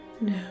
No